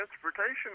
transportation